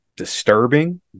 disturbing